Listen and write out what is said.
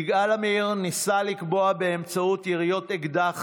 יגאל עמיר ניסה לקבוע באמצעות יריות אקדח